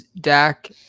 Dak